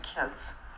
kids